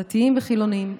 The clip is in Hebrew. דתיים וחילונים,